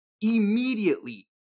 immediately